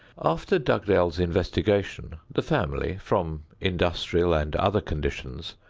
after dugdale's investigation the family, from industrial and other conditions,